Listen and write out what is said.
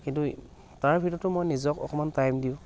কিন্তু তাৰ ভিতৰতো মই নিজক অকণমান টাইম দিওঁ